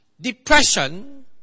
depression